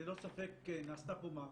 ללא ספק נעשתה פה מהפכה.